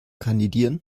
kandidieren